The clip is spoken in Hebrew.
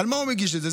על מה הוא מגיש את זה?